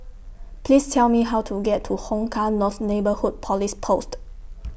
Please Tell Me How to get to Hong Kah North Neighbourhood Police Post